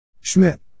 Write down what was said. Schmidt